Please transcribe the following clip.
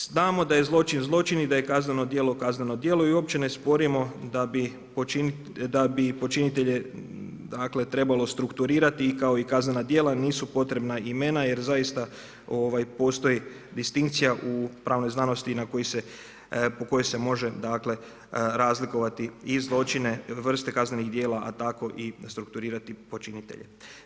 Znamo da je zločin i da je kazneno djelo, kazneno djelo i uopće ne sporimo da bi počinitelje trebalo strukturirati i kao i kazana dijela, nisu potrebna imena, jer zaista, postoji distinkcija u pravnoj znanosti, na koji se, po kojoj se može razlikovati i zločine, vrste kaznenih dijela, a tako i strukturirati počinitelje.